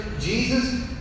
Jesus